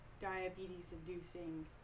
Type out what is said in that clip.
diabetes-inducing